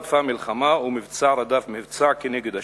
מלחמה רדפה מלחמה ומבצע רדף מבצע נגד השכנים,